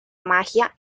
magia